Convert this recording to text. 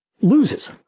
loses